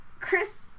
Chris